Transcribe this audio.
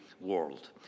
world